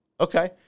Okay